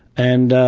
and